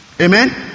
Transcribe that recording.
Amen